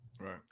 right